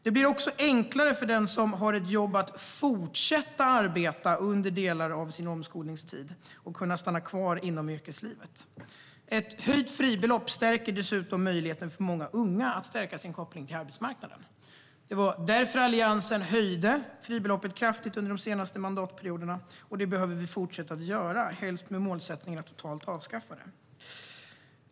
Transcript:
Det blir också enklare för den som har ett jobb att fortsätta arbeta under delar av sin omskolningstid och kunna stanna kvar inom yrkeslivet. Ett höjt fribelopp stärker dessutom möjligheten för många unga att stärka sin koppling till arbetsmarknaden. Det var därför Alliansen höjde fribeloppet kraftigt under de senaste mandatperioderna. Det behöver vi fortsätta att göra, helst med målsättningen att totalt avskaffa det.